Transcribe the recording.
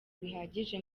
bihagije